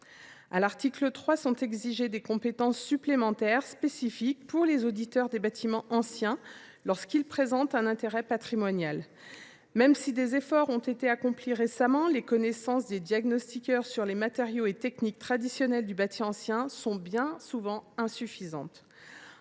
À l’article 3, est mentionnée l’exigence de compétences supplémentaires spécifiques pour les auditeurs des bâtiments anciens, lorsque ces derniers présentent un intérêt patrimonial. En effet, même si des efforts ont été accomplis récemment, les connaissances des diagnostiqueurs sur les matériaux et les techniques traditionnels du bâti ancien sont bien souvent très insuffisantes.